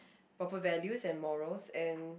proper values and morals and